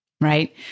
right